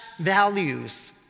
values